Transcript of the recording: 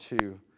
two